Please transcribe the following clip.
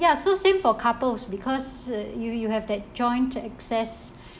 ya so same for couples because you you have that joint access